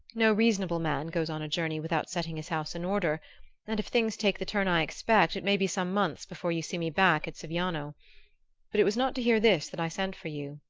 no reasonable man goes on a journey without setting his house in order and if things take the turn i expect it may be some months before you see me back at siviano but it was not to hear this that i sent for you.